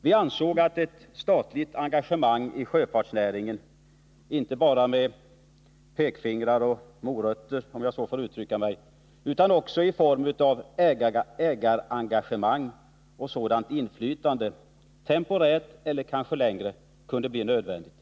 Vi ansåg att ett statligt engagemangi sjöfartsnäringen — inte bara med pekfingret eller med morötter som lockbete, om jag så får uttrycka mig, utan också i form av ägarengagemang-— och sådant inflytande temporärt, eller kanske under längre tid, kunde bli nödvändigt.